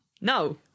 No